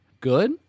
good